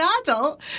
adult